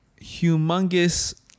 humongous